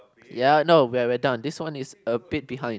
ya no we're we're done this one is a bit behind